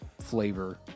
flavor